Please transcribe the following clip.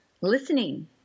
listening